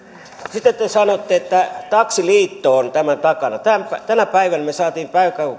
sitten te te sanotte että taksiliitto on tämän takana tänä tänä päivänä me saimme